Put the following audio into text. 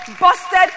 busted